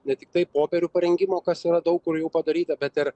ne tiktai popierių parengimo kas yra daug kur jau padaryta bet ir